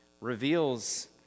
reveals